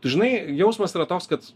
žinai jausmas yra toks kad